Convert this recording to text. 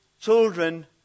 children